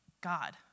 God